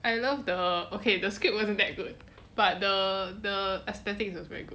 I love the okay the script wasn't that good but the the aesthetics was very good